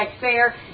fair